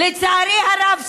לצערי הרב,